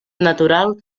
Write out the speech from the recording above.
natural